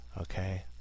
Okay